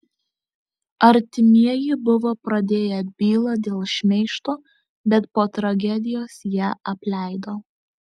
artimieji buvo pradėję bylą dėl šmeižto bet po tragedijos ją apleido